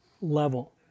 level